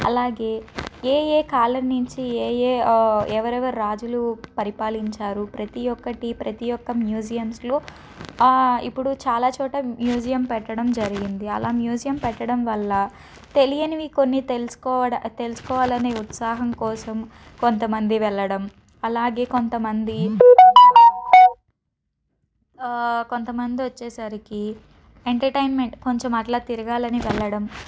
అలాగే ఏ ఏ కాలం నుంచి ఏ ఏ ఎవరెవరు రాజులు పరిపాలించారు ప్రతి ఒక్కటి ప్రతి ఒక్క మ్యూజియమ్స్లో ఇప్పుడు చాలాచోట మ్యూజియం పెట్టడం జరిగింది అలా మ్యూజియం పెట్టడం వల్ల తెలియనివి కొన్ని తెలుసుకోవా తెలుసుకోవాలని ఉత్సాహం కోసం కొంతమంది వెళ్ళడం అలాగే కొంతమంది కొంతమంది వచ్చేసరికి ఎంటర్టైన్మెంట్ కొంచెం అట్ల తిరగాలని వెళ్ళడం